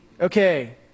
okay